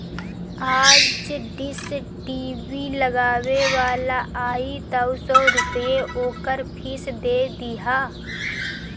आज dish TV लगावे वाला आई तअ सौ रूपया ओकर फ़ीस दे दिहा